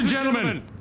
Gentlemen